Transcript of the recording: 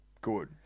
Good